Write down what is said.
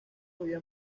había